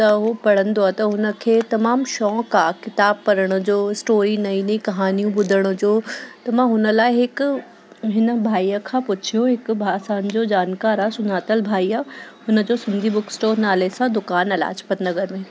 त उहो पढ़ंदो आहे त हुन खे तमामु शौक़ु आहे किताबु पढ़ण जो स्टोरी नई नई कहानियूं ॿुधण जो त मां हुन लाइ हिकु हिन भाईअ खां पुछियो हिकु भाउ असांजो जानकार आहे सुञातल भाई आहे हुन जो सिंधी बुक स्टोर नाले सां दुकानु आहे लाजपत नगर में